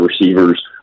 receivers